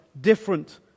different